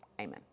amen